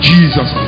Jesus